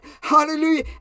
Hallelujah